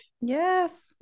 Yes